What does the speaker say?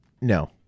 No